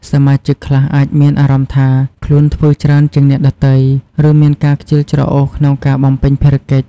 សមាជិកខ្លះអាចមានអារម្មណ៍ថាខ្លួនធ្វើច្រើនជាងអ្នកដទៃ ឬមានការខ្ជិលច្រអូសក្នុងការបំពេញភារកិច្ច។